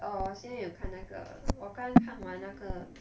orh 现在有看那个我刚看完那个